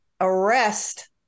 arrest